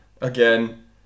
again